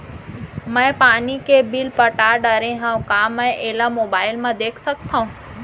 मैं पानी के बिल पटा डारे हव का मैं एला मोबाइल म देख सकथव?